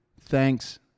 Thanks